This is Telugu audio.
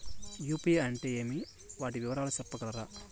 యు.పి.ఐ అంటే ఏమి? వాటి వివరాలు సెప్పగలరా?